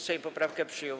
Sejm poprawkę przyjął.